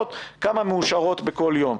וכמה מאושרות כל יום.